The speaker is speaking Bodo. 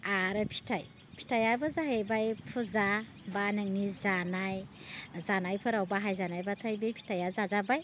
आरो फिथाइ फिथाइयाबो जाहैबाय फुजा बा नोंनि जानाय जानायफोराव बाहायजानाय बाथाय बै फिथाइया जाजाबाय